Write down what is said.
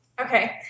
Okay